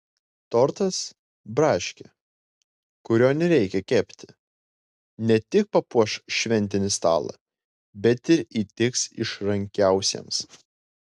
tortas braškė kurio nereikia kepti ne tik papuoš šventinį stalą bet ir įtiks išrankiausiems